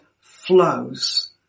flows